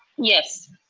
yes,